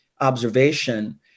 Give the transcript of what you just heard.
observation